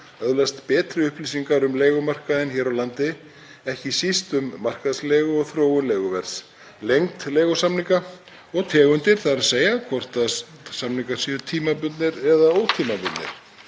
öðlast betri upplýsingar um leigumarkaðinn hér á landi, ekki síst um markaðsleigu og þróun leiguverðs, lengd leigusamninga og tegundir, þ.e. hvort samningar eru tímabundnir eða ótímabundnir.